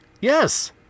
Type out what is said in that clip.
Yes